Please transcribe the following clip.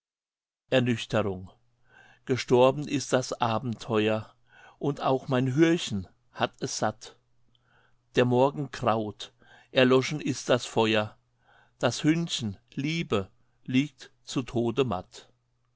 ernüchterung gestorben ist das abenteuer und auch mein hürchen hat es satt der morgen graut erloschen ist das feuer das hündchen liebe liegt zu tode matt